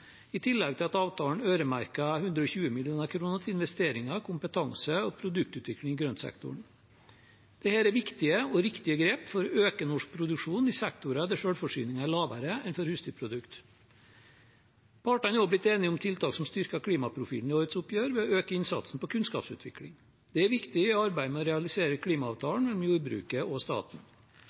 i tillegg til at avtalen øremerket 120 mill. kr til investeringer, kompetanse og produktutvikling i grøntsektoren. Dette er viktige og riktige grep for å øke norsk produksjon i sektorer der selvforsyningen er lavere enn for husdyrprodukt. Partene er også blitt enige om tiltak som styrker klimaprofilen i årets oppgjør ved å øke innsatsen på kunnskapsutvikling. Det er viktig i arbeidet med å realisere klimaavtalen mellom jordbruket og staten.